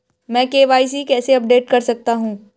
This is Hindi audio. मैं के.वाई.सी कैसे अपडेट कर सकता हूं?